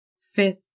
Fifth